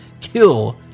kill